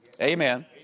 Amen